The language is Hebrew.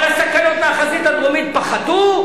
אבל הסכנות מהחזית הדרומית פחתו,